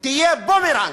תהיה בומרנג,